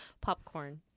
Popcorn